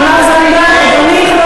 אתם מעודכנים עד המילה האחרונה.